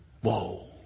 Whoa